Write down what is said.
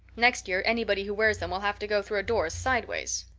next year anybody who wears them will have to go through a door sideways.